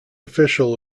official